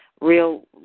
Real